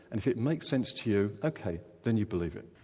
and if it makes sense to you, ok, then you believe it.